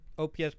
OPS